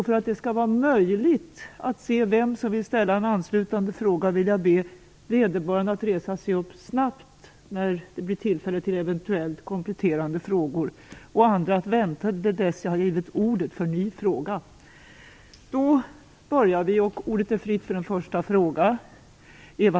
För att det skall vara möjligt att se vem som vill ställa en anslutande fråga vill jag be vederbörande att resa sig upp snabbt när det det blir tillfälle till eventuella kompletterande frågor, och andra att vänta till dess att jag har givit ordet för ny fråga.